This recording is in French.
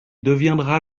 deviendra